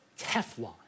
Teflon